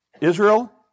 Israel